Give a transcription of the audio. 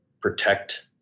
protect